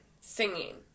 singing